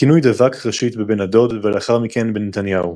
הכינוי דבק ראשית בבן הדוד, ולאחר מכן בנתניהו.